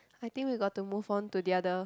I think we got to move on to the other